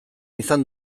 izan